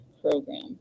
Program